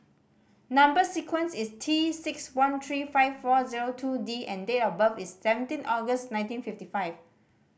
number sequence is T six one three five four zero two D and date of birth is seventeen August nineteen fifty five